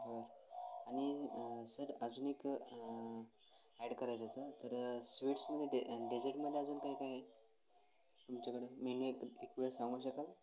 बरं आणि सर अजून एक ॲड करायचं होतं तर स्वीट्समध्ये डे डेझर्टमध्ये अजून काय काय आहे तुमच्याकडं मेनू एक एक वेळ सांगू शकाल